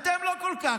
אתם לא כל כך.